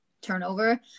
turnover